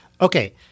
Okay